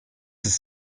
das